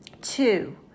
Two